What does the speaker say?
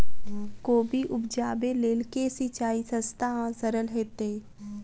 कोबी उपजाबे लेल केँ सिंचाई सस्ता आ सरल हेतइ?